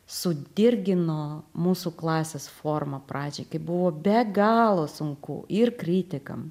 sudirgino mūsų klasės forma pradžioj kai buvo be galo sunku ir kritikam